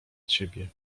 ciebie